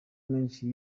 menshi